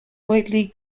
whitley